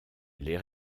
les